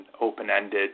open-ended